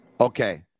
Okay